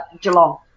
Geelong